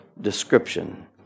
description